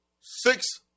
Six